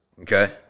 okay